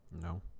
No